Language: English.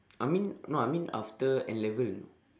I mean no I mean after N-level